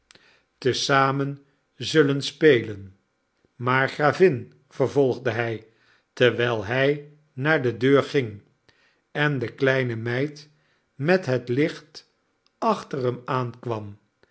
te zamen zullen spelen maar gravin vervolgde hij terwijl hij naar de deur ging en de kleine meid met het licht achter hem aan